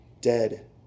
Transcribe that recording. dead